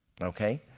Okay